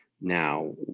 now